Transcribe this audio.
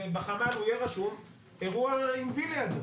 במח"ל הוא יהיה רשום אירוע עם וי לידו.